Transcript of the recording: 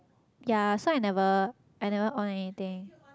ya so I never I never on anything